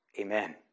Amen